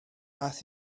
aeth